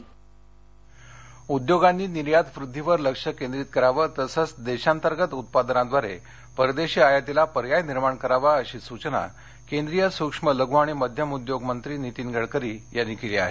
गडकरी उद्योग उद्योगांनी निर्यात वृद्धिवर लक्ष केंद्रित करावं तसंच देशांतर्गत उत्पादनाद्वारे परदेशी आयातीला पर्याय निर्माण करावा अशी सूचना केंद्रीय सूक्ष्म लघु आणि मध्यम उद्योग मंत्री नीतीन गडकरी यांनी केली आहे